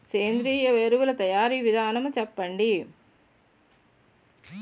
సేంద్రీయ ఎరువుల తయారీ విధానం చెప్పండి?